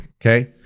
okay